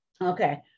Okay